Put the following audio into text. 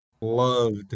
loved